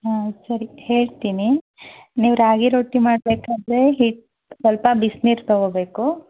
ಹಾಂ ಸರಿ ಹೇಳ್ತೀನಿ ನೀವು ರಾಗಿ ರೊಟ್ಟಿ ಮಾಡಬೇಕಾದರೆ ಹಿಟ್ಟು ಸ್ವಲ್ಪ ಬಿಸಿನೀರು ತಗೋಬೇಕು